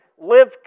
live